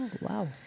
Wow